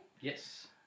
Yes